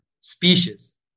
species